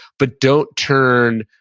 but don't turn,